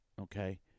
Okay